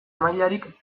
mailarik